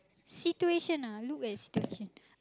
situation ah look at situation